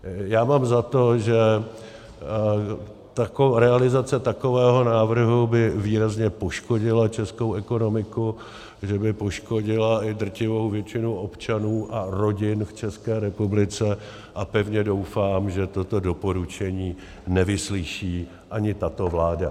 Já mám za to, že realizace takového návrhu by výrazně poškodila českou ekonomiku, že by poškodila i drtivou většinu občanů a rodin v České republice, a pevně doufám, že toto doporučení nevyslyší ani tato vláda.